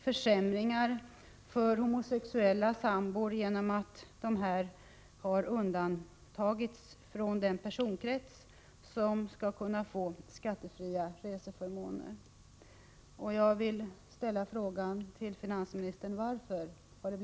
Jag måste emellertid tillstå att jag inte riktigt förstår det.